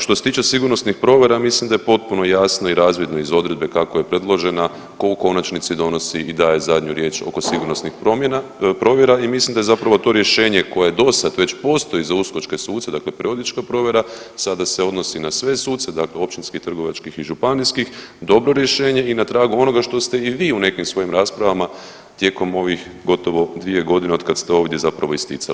Što se tiče sigurnosnih provjera mislim da je potpuno jasno i razvidno iz odredbe kako je predložena tko u konačnici donosi i daje zadnju riječ oko sigurnosnih promjena, provjera i mislim da je zapravo to rješenje koje dosada već postoji za uskočke suce, dakle periodička provjera sada se odnosi na sve suce dakle općinskih, trgovačkih i županijskih, dobro rješenje i na tragu onoga što ste i vi u nekim svojim raspravama tijekom ovih gotovo 2 godine otkada ste ovdje zapravo isticali.